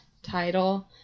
Title